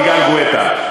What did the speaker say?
יגאל גואטה,